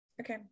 Okay